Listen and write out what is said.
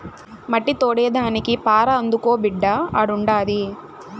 మట్టి తోడేదానికి పార అందుకో బిడ్డా ఆడుండాది